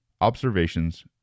Observations